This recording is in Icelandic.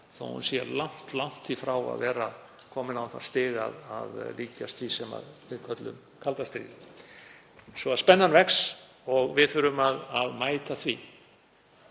þótt hún sé langt í frá að vera komin á það stig að líkjast því sem við köllum kalda stríðið. Svo að spennan vex og við þurfum að mæta því.